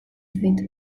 zait